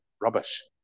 rubbish